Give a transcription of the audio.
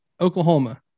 Oklahoma